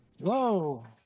Whoa